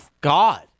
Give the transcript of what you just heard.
God